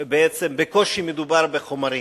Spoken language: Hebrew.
בעצם בקושי מדובר בחומרים.